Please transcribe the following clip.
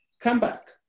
comeback